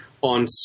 On